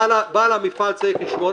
בעל המפעל צריך לשמור,